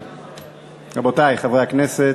רבותי חברי הכנסת,